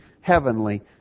heavenly